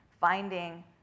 finding